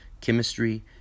chemistry